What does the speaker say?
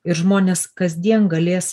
ir žmonės kasdien galės